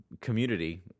community